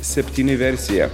septyni versiją